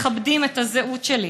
מכבדים את הזהות שלי.